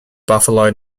buffalo